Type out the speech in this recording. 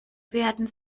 werden